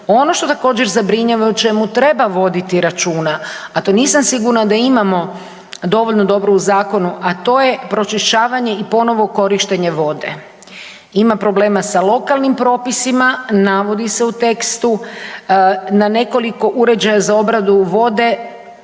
Ono što također zabrinjava i o čemu treba voditi računa, a to nisam sigurna da imamo dovoljno dobro u zakonu, a to je pročišćavanje i ponovno korištenje vode. Ima problema sa lokalnim propisima navodi se u tekstu na nekoliko uređaja za obradu vode